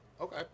okay